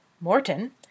Morton